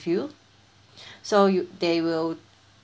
you so you they will